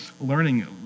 learning